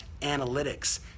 analytics